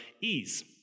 ease